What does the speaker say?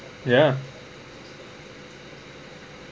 ya